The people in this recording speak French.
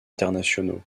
internationaux